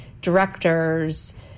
directors